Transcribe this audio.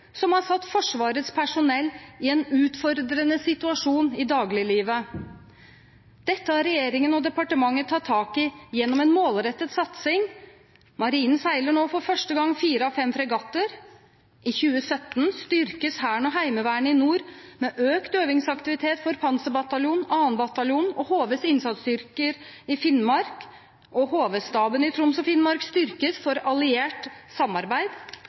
som har satt Forsvarets personell i en utfordrende situasjon i dagliglivet. Dette har regjeringen og departementet tatt tak i gjennom en målrettet satsing. Marinen seiler nå for første gang fire av fem fregatter. I 2017 styrkes Hæren og Heimevernet i nord med økt øvingsaktivitet for Panserbataljonen, 2. bataljon og HVs innsatsstyrke i Finnmark, og HV-staben i Troms og Finnmark styrkes for alliert samarbeid.